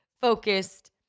focused